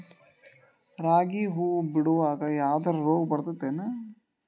ರಾಗಿ ಹೂವು ಬಿಡುವಾಗ ಯಾವದರ ರೋಗ ಬರತೇತಿ ಏನ್?